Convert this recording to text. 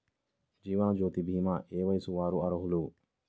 జీవనజ్యోతి భీమా ఏ వయస్సు వారు అర్హులు?